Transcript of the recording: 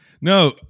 No